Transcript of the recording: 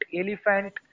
elephant